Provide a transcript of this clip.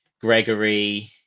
Gregory